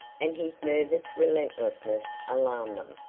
and his nervous restlessness alarmed them.